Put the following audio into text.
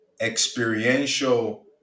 experiential